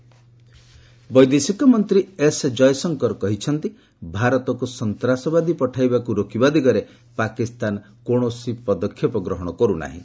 Jaishankar interview ବୈଦେଶିକ ମନ୍ତ୍ରୀ ଏସ୍ଜୟଶଙ୍କର କହିଛନ୍ତି ଭାରତକୁ ସନ୍ତାସବାଦୀ ପଠାଇବାକୁ ରୋକିବା ଦିଗରେ ପାକିସ୍ତାନ କୌଣସି ପଦକ୍ଷେପ ଗ୍ରହଣ କରୁନାହିଁ